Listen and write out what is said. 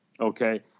okay